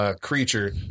creature